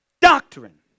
doctrine